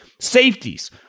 Safeties